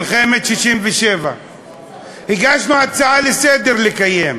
מלחמת 67'. הגשנו הצעה לסדר-היום.